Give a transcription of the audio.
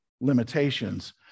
limitations